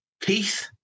Keith